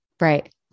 right